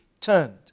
turned